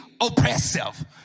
oppressive